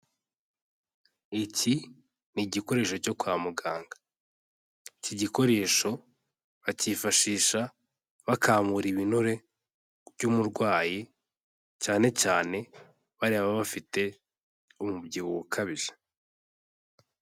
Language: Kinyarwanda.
Iki ni igikoresho cyo kwa muganga, iki gikoresho bacyifashisha bakamura ibinure by'umurwayi cyane cyane bariya baba bafite umubyibuho ukabije.